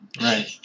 right